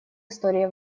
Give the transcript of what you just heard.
истории